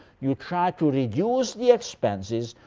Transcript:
you try to reduce the expenses,